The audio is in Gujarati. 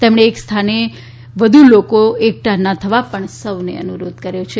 તેમણે એકસ્થાને વધુ લોકો એકઠા ન થવા પણ સૌને અનુરોધ કર્યો છે